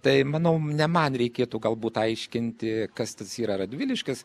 tai manau ne man reikėtų galbūt aiškinti kas tas yra radviliškis